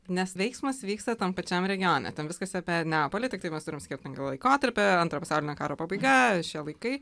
nes veiksmas vyksta tam pačiam regione ten viskas apie neapolį tiktai mes turim skirtingą laikotarpį antro pasaulinio karo pabaiga šie laikai